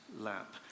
lap